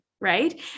Right